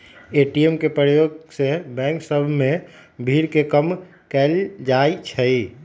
ATM के प्रयोग से बैंक सभ में भीड़ के कम कएल जाइ छै